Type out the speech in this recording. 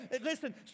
Listen